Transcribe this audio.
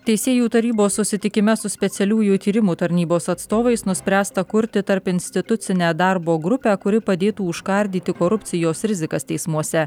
teisėjų tarybos susitikime su specialiųjų tyrimų tarnybos atstovais nuspręsta kurti tarpinstitucinę darbo grupę kuri padėtų užkardyti korupcijos rizikas teismuose